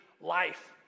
life